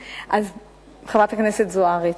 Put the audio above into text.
חברת הכנסת זוארץ,